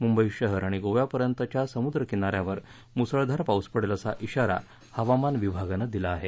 मुंबई शहर आणि गोव्यापर्यंतच्या समुद्र किना यावर मुसळधार पाऊस पडेल असा इशारा हवामान विभागानं दिला आहे